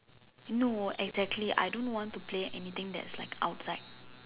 no exactly I don't want to play anything that's like outside